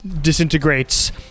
disintegrates